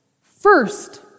first